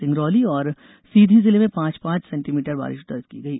सिंगरौली और सीधी जिले में पांच पांच सेण्टीमीटर बारिश दर्ज की गई